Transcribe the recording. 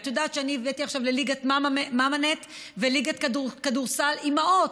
את יודעת שאני הבאתי עכשיו לליגת מאמאנט וליגת כדורסל אימהות,